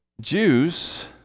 Jews